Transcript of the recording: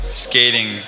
skating